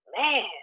man